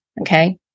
Okay